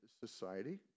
society